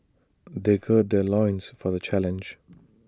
they gird their loins for the challenge